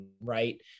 right